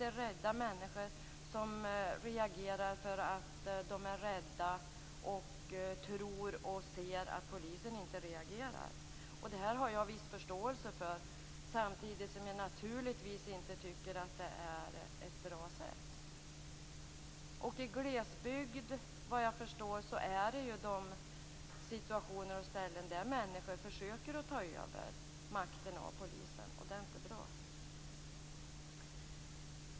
Det är rädda människor som agerar därför att de ser att polisen inte reagerar. Det här har jag viss förståelse för, samtidigt som jag naturligtvis inte tycker att det är ett bra sätt. I glesbygd förekommer, såvitt jag förstår, de situationer och ställen där människor försöker att ta över makten från polisen, och det är inte bra.